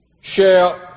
share